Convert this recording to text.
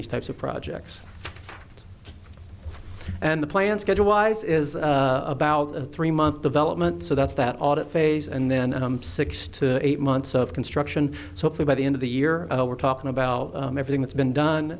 these types of projects and the plan schedule wise is about a three month development so that's that audit phase and then six to eight months of construction so please by the end of the year we're talking about everything that's been done